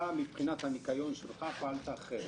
אתה מבחינת הניקיון שלך פעלת אחרת,